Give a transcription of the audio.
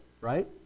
right